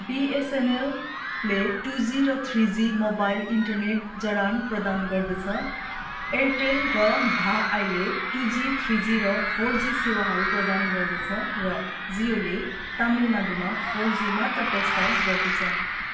बिएसएनएलले two G र three G mobile internet जडान प्रदान गर्दछ एयरटेल र हाआईले टु जी थ्री जी र फोर जी सेवाहरू प्रदान गर्दछ र जियोले तमिलनाडूमा फोर जी मात्र प्रस्ताव गर्दछ